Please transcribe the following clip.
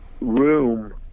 room